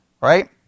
Right